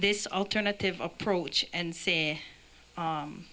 this alternative approach and see